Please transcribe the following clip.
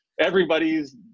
everybody's